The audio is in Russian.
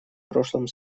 прошлом